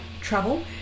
travel